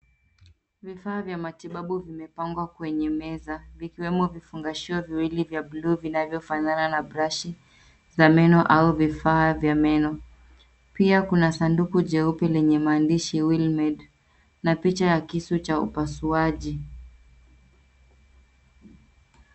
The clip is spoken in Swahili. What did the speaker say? Vifaa vya matibabu vimepangwa kwenya meza vikiwemo vifungashio viwili vya bluu vinavyo fanana na brashia za meno au vifaa vya meno. Pia kuna sanduku jeupe lenye maandishi ya wheelmade[ na picha ya kisu cha upasuaji